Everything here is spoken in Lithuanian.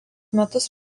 metus